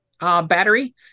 battery